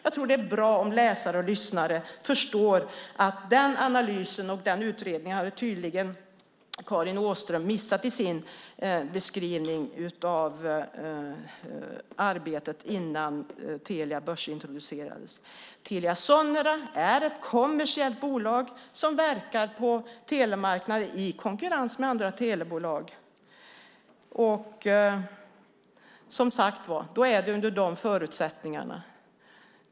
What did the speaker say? Jag tror att det är bra om läsare och lyssnare förstår att Karin Åström tydligen hade missat den analysen och den utredningen i sin beskrivning av arbetet innan Telia börsintroducerades. Telia Sonera är ett kommersiellt bolag som verkar på telemarknaden i konkurrens med andra telebolag. Det är de förutsättningar som gäller.